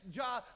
job